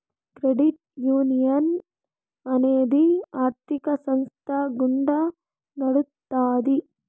credit union అనేది ఆర్థిక సంస్థ గుండా నడుత్తాది